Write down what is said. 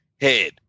head